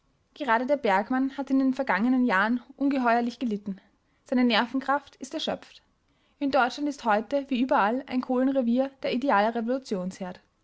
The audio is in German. gerade der bergmann hat in den vergangenen jahren ungeheuerlich gelitten seine nervenkraft ist erschöpft in deutschland ist heute wie überall ein kohlenrevier der ideale